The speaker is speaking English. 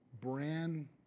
brand